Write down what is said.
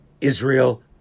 Israel